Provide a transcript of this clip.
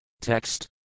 Text